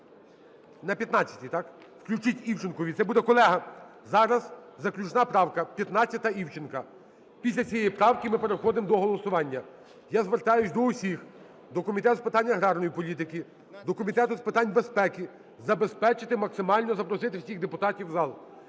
На 15-й, так? Включіть Івченкові. Це буде, колеги, заключна правка, 15-а Івченка. Після цієї правки ми переходимо до голосування. Я звертаюся до усіх: до Комітету з питань аграрної політики, до Комітету з питань безпеки – забезпечити максимально, запросити всіх депутатів в зал.